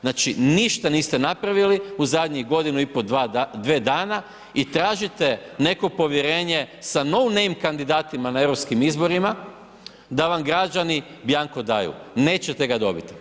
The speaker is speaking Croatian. Znači ništa niste napravili u zadnjih godinu i pol dve dana i tražite neko povjerenje sa no name kandidatima na europskim izborima da vam građani bianco daju, nećete ga dobiti.